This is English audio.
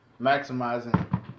maximizing